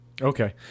Okay